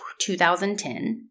2010